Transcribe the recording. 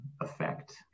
effect